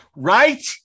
Right